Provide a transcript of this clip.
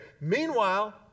Meanwhile